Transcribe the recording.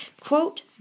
quote